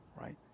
right